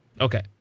Okay